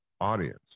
audience